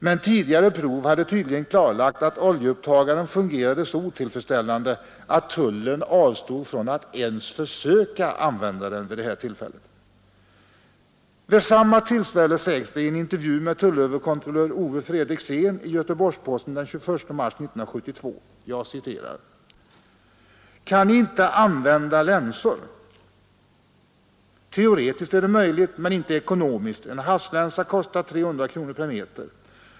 Men tidigare prov hade tydligen klarlagt att oljeupptagaren fungerade så otillfredsställande, att tullen avstod från att ens försöka använda den vid det här utsläppet. Vid samma tillfälle sägs följande i en intervju med tullöverkontrollör Ove Fredriksén i Göteborgs-Posten den 21 mars 1972: ”Kan ni inte använda länsor? Teoretiskt är det möjligt, men inte ekonomiskt, en havslänsa kostar 300 kronor/meter.